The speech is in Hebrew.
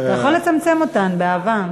אתה יכול לצמצם אותן, באהבה.